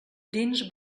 dins